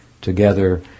together